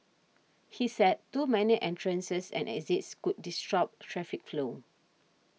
he said too many entrances and exits could disrupt traffic flow